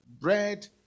bread